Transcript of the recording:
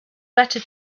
better